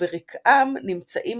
וברקעם נמצאים